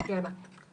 יש הערה קטנה.